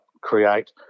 create